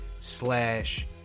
slash